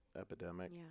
epidemic